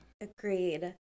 Agreed